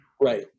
Right